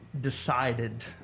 decided